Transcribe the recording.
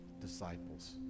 disciples